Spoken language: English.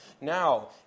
now